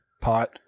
Pot